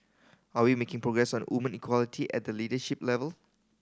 are we making progress on woman equality at the leadership level